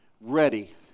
ready